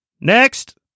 Next